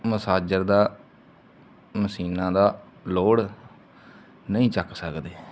massager ਦਾ ਮਸ਼ੀਨਾਂ ਦਾ ਲੋਡ ਨਹੀਂ ਚੁੱਕ ਸਕਦੇ